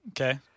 Okay